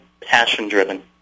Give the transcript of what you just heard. passion-driven